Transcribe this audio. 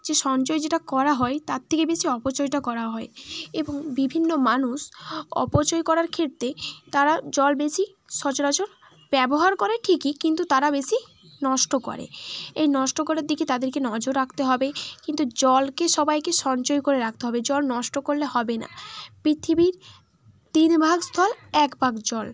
যে সঞ্চয় যেটা করা হয় তাত্থেকে বেশি অপচয়টা করা হয় এবং বিভিন্ন মানুষ অপচয় করার ক্ষেত্রে তারা জল বেশি সচরাচর ব্যবহার করে ঠিকই কিন্তু তারা বেশি নষ্ট করে এই নষ্ট করার দিকে তাদেরকে নজর রাখতে হবে কিন্তু জলকে সবাইকে সঞ্চয় করে রাখতে হবে জল নষ্ট করলে হবে না পৃথিবীর তিন ভাগ স্থল এক ভাগ জল